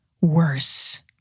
worse